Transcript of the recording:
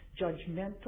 judgmental